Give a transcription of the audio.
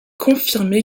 confirmé